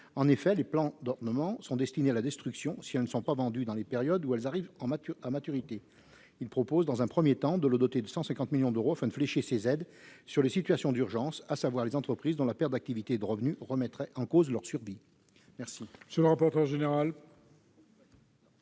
En effet, les plantes d'ornement sont vouées à la destruction si elles ne sont pas vendues dans les périodes où elles arrivent à maturité. Il est proposé, dans un premier temps, de doter ce fonds de 150 millions d'euros et de flécher ces aides sur les situations d'urgence, à savoir sur les entreprises dont la perte d'activité et de revenus subie remettrait en cause la survie. Quel